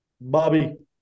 Bobby